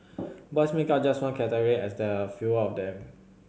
boys make up just one category as there are fewer of them